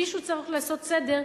מישהו צריך לעשות סדר.